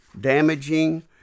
damaging